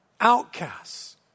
outcasts